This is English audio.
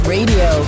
Radio